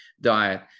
diet